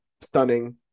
stunning